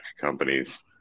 companies